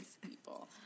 people